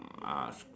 uh